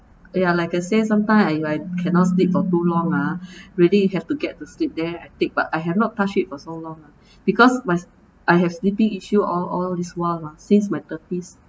ya like I say sometime I I cannot sleep for too long ah really you have to get the sleep there I take but I have not touch it for so long ah because my I have sleeping issue all all this while ah since my thirties